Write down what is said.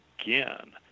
again